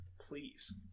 Please